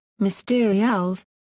Mysterials